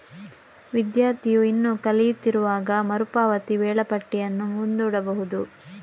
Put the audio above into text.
ವಿದ್ಯಾರ್ಥಿಯು ಇನ್ನೂ ಕಲಿಯುತ್ತಿರುವಾಗ ಮರು ಪಾವತಿ ವೇಳಾಪಟ್ಟಿಯನ್ನು ಮುಂದೂಡಬಹುದು